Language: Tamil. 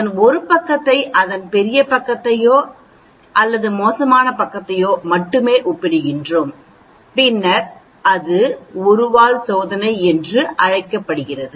அதன் 1 பக்கத்தை அதன் பெரிய பக்கத்தையோ அல்லது மோசமான பக்கத்தையோ மட்டுமே ஒப்பிடுகிறோம் பின்னர் அது ஒரு வால் சோதனை என்று அழைக்கப்படுகிறது